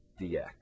dx